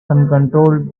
uncontrolled